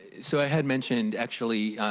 so i had mentioned actually